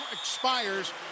expires